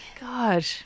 God